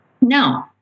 No